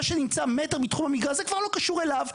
מה שנמצא מטר מתחום המגרש זה כבר לא קשור אליו.